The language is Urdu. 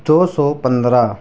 دو سو پندرہ